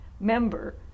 member